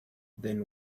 then